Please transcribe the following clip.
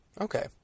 Okay